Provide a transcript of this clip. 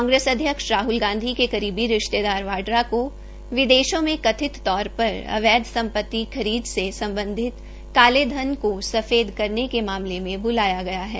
कांग्रेस अध्यक्ष राहल गांधी की करीबी रिश्तेदार वाड्रा विदेशों में कथित तौर पर अवैध संपति खरीद से सम्बधित काले धन को सफेद करने के मामले में बुलाया गया है